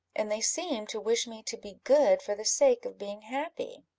and they seem to wish me to be good for the sake of being happy.